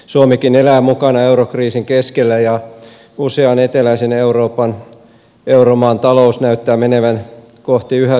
suomikin elää mukana eurokriisin keskellä ja usean eteläisen euroopan euromaan talous näyttää menevän kohti yhä syveneviä vaikeuksia